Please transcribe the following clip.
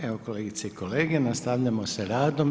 Evo kolegice i kolege, nastavljamo sa radom.